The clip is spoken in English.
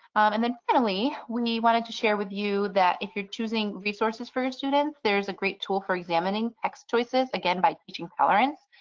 and then finally, we wanted to share with you that if you're choosing resources for students, there is a great tool for examining choices again by teaching tolerance.